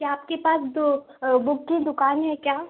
क्या आपके पास दो बुक की दुकान है क्या